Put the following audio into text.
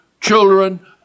children